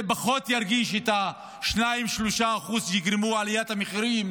פחות ירגיש את ה-2%, 3% שיגרמו עליית מחירים